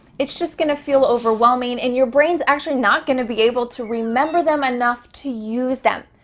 it's just gonna feel overwhelming and your brain's actually not gonna be able to remember them enough to use them.